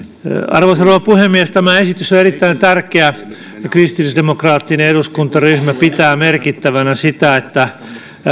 arvoisa rouva puhemies tämä esitys on erittäin tärkeä ja kristillisdemokraattinen eduskuntaryhmä pitää merkittävänä sitä että